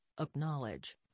acknowledge